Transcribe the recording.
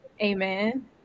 Amen